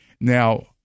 Now